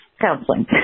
counseling